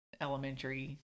elementary